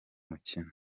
mukino